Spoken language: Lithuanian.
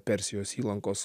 persijos įlankos